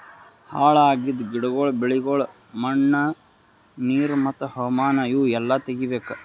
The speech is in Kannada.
ಹಾಳ್ ಆಗಿದ್ ಗಿಡಗೊಳ್, ಬೆಳಿಗೊಳ್, ಮಣ್ಣ, ನೀರು ಮತ್ತ ಹವಾಮಾನ ಇವು ಎಲ್ಲಾ ತೆಗಿಬೇಕು